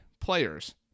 players